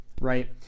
right